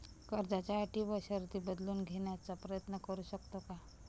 कर्जाच्या अटी व शर्ती बदलून घेण्याचा प्रयत्न करू शकतो का?